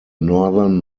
northern